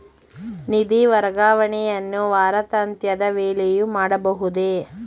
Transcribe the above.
ನಿಧಿ ವರ್ಗಾವಣೆಯನ್ನು ವಾರಾಂತ್ಯದ ವೇಳೆಯೂ ಮಾಡಬಹುದೇ?